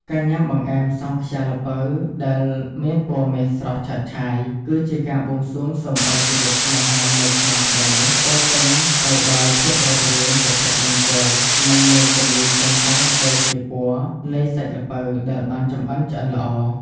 ការញ៉ាំបង្អែមសង់ខ្យាល្ពៅដែលមានពណ៌មាសស្រស់ឆើតឆាយ គឺជាការបួងសួងសុំឱ្យជីវិតស្នេហានៃឆ្នាំថ្មីនេះ ពោរពេញទៅដោយភាពរុងរឿង សុភមង្គល និងមានពន្លឺចែងចាំងដូចជាពណ៌នៃសាច់ល្ពៅដែលបានចម្អិនឆ្អិនល្អ។